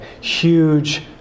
huge